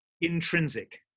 intrinsic